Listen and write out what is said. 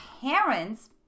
parents